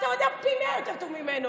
אתה יודע פי מאה יותר טוב ממנו.